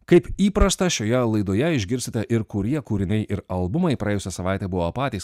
kaip įprasta šioje laidoje išgirsite ir kurie kūriniai ir albumai praėjusią savaitę buvo patys